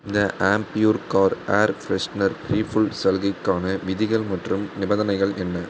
இந்த Ambi Pur car air freshener refill சலுகைக்கான விதிகள் மற்றும் நிபந்தனைகள் என்ன